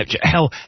Hell